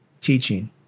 Teaching